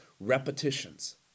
repetitions